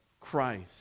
Christ